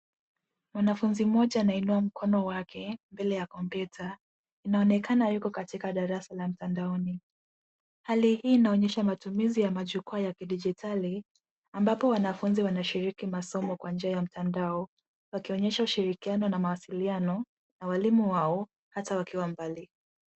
Mwanafunzi mmoja anainua mkono wake mbele ya kompyuta. Inaonekana yuko katika darasa la mtandaoni. Hali hii inaonyesha matumizi ya majukwaa ya kidijitali ambapo wanafunzi wanashiriki masomo kwa njia ya mtandao wakionyesha ushirikiano na mawasiliano na walimu wao hata wakiwa mbali.